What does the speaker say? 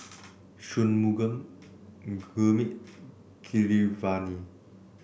Shunmugam Gurmeet Keeravani